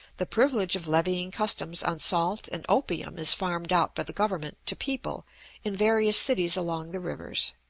the privilege of levying customs on salt and opium is farmed out by the government to people in various cities along the rivers.